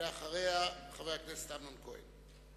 אחריה, חבר הכנסת אמנון כהן.